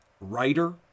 writer